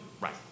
Right